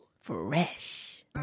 Fresh